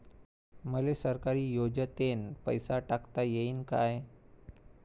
मले सरकारी योजतेन पैसा टाकता येईन काय?